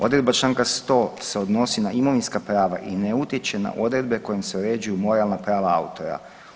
Odredba Članka 100. se odnosi na imovinska prava i ne utječe na odredbe kojim se uređuju moralna prava autora.